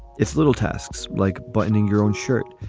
it's little tasks like buttoning your own shirt,